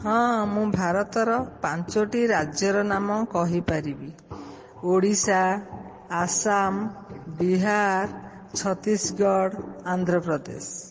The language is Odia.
ହଁ ମୁଁ ଭାରତର ପାଞ୍ଚୋଟି ରାଜ୍ୟର ନାମ କହିପାରିବି ଓଡ଼ିଶା ଆସାମ ବିହାର ଛତିଶଗଡ଼ ଆନ୍ଧ୍ରପ୍ରଦେଶ